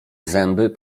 zęby